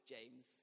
James